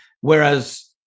whereas